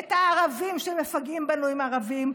את הערבים שמפגעים בנו אם הם ערבים,